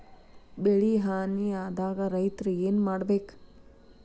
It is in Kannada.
ಬೆಳಿ ಹಾನಿ ಆದಾಗ ರೈತ್ರ ಏನ್ ಮಾಡ್ಬೇಕ್?